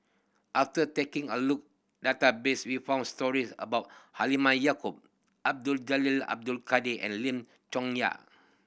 after taking a look database we found stories about Halimah Yacob Abdul Jalil Abdul Kadir and Lim Chong Yah